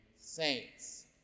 saints